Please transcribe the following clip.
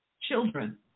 Children